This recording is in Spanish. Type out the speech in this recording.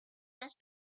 las